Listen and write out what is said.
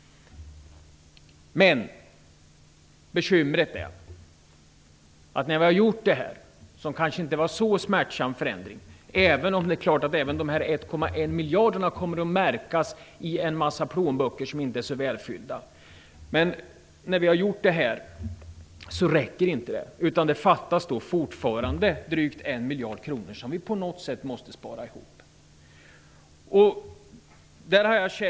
Bekymret är att när vi gjort denna inte så smärtsamma förändring, även om dessa 1,1 miljarder kommer att märkas i en mängd plånböcker som inte är så välfyllda, räcker det ändå inte. Det fattas fortfarande drygt 1 miljard kronor, som vi på något sätt måste spara ihop.